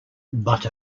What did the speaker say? but